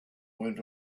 went